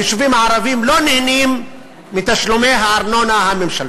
היישובים הערביים לא נהנים מתשלומי הארנונה הממשלתית.